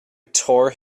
tore